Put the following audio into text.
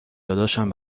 داداشم